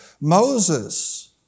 Moses